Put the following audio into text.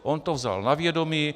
On to vzal na vědomí.